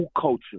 culture